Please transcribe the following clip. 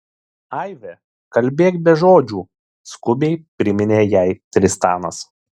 aive kalbėk be žodžių skubiai priminė jai tristanas